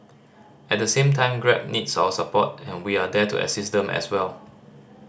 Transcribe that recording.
at the same time Grab needs our support and we are there to assist them as well